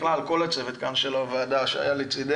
בכלל כל הצוות של הוועדה היה לצדנו,